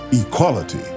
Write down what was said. equality